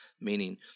meaning